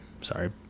sorry